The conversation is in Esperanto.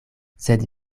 sed